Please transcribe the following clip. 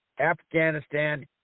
Afghanistan